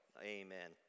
Amen